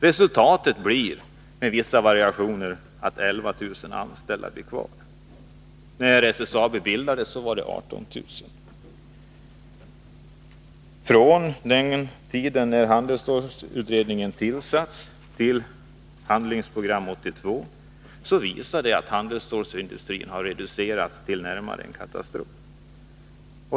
Resultatet blir — med reservation för vissa variationer — att det kvarstår 11 000 anställda. När SSAB bildades var antalet anställda 18 000. Från den tidpunkt då handelsstålsutredningen tillsattes och fram till Handlingsprogram 82 har handelsstålsindustrin reducerats katastrofalt.